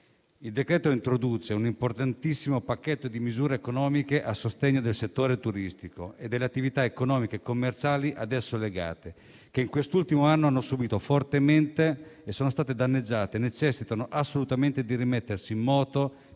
Il decreto-legge introduce un importantissimo pacchetto di misure economiche a sostegno del settore turistico e delle attività economiche e commerciali ad esso legate, che in quest'ultimo anno hanno subito fortemente, sono state danneggiate e necessitano assolutamente di rimettersi in moto.